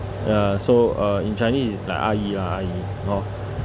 ya so uh in chinese it's like a yi ah a yi orh